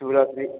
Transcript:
Shivratri